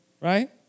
right